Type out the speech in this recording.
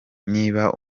niba